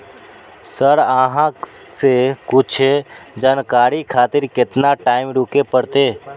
Sir अहाँ से कुछ जानकारी खातिर केतना टाईम रुके परतें?